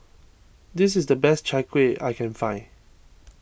this is the best Chai Kuih I can find